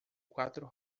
quatro